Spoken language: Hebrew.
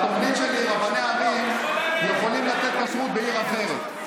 בתוכנית שלי רבני ערים יכולים לתת כשרות בעיר אחרת.